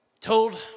told